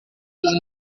iyi